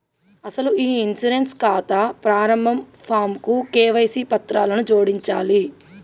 అసలు ఈ ఇన్సూరెన్స్ ఖాతా ప్రారంభ ఫాంకు కేవైసీ పత్రాలను జోడించాలి